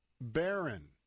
Baron